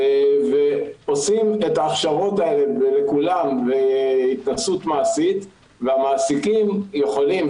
עושים את ההכשרות האלה לכולם בהתנסות מעשית והמעסיקים יכולים,